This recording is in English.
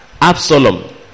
Absalom